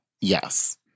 Yes